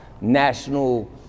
national